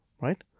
right